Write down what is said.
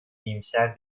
iyimser